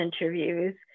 interviews